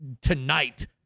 tonight